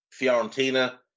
Fiorentina